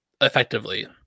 effectively